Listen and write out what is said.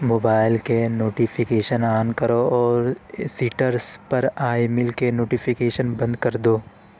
mobile کے notification on کرو اور اسیٹرس پر آئی مل کے نوٹیفیکیشن بند کر دو